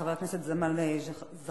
חבר הכנסת ג'מאל זחאלקה,